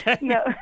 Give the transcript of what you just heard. No